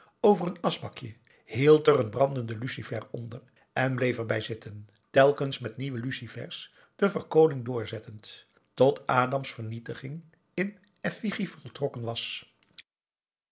over een aschbakje hield er n brandenden lucifer onder en bleef er bij zitten telkens met nieuwe lucifers de verkoling doorzettend tot adam's vernietiging in effigie voltrokken was